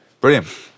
Brilliant